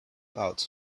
out